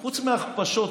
חוץ מההכפשות.